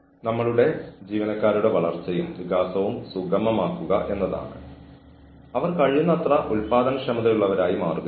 അതിനാൽ ജീവനക്കാരൻ യുക്തിരഹിതമായ വാക്കുകൾ ഉപയോഗിക്കുന്നു സൂപ്പർവൈസർക്കെതിരെ മോശമായ വാക്കുകൾ ഉപയോഗിക്കുന്നു